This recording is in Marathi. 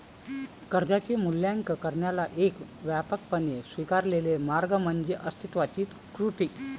कर्जाचे मूल्यांकन करण्याचा एक व्यापकपणे स्वीकारलेला मार्ग म्हणजे अस्तित्वाची कृती